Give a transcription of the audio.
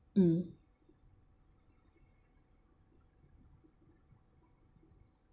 mm